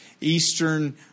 eastern